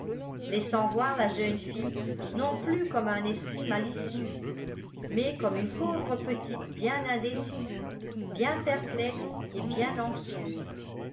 laissant voir la jeune fille non plus comme un esprit malicieux mais comme une pauvre petite bien indécise bien perplexe et bien anxieuse